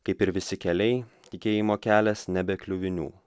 kaip ir visi keliai tikėjimo kelias nebekliuvinių